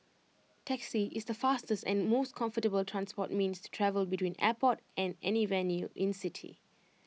taxi is the fastest and most comfortable transport means to travel between airport and any venue in city